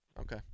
Okay